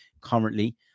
currently